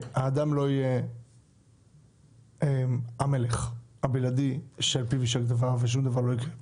שהאדם לא יהיה המלך הבלעדי שעל פיו יישק דבר וששום דבר לא יקרה בלעדיו.